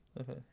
Okay